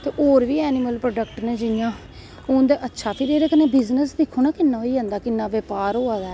ते होर बी ऐनिमल प्रोडक्ट न जियां ओह् उंदा अच्छा फिर इंदे कन्नैं बिज़नस बी दिक्खो ना किन्ना होई जंदा किन्ना बपार ऐ